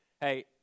Hey